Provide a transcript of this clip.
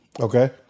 Okay